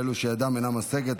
לאלו שידם אינה משגת,